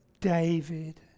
David